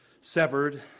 severed